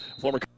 former